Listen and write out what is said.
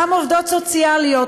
אותן עובדות סוציאליות,